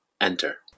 Enter